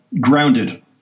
Grounded